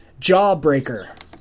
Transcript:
jawbreaker